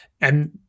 and-